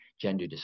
gender